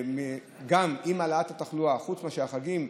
גם עם עליית התחלואה חוץ מאשר החגים,